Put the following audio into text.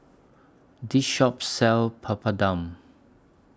This Shop sells Papadum